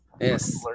Yes